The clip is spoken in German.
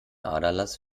aderlass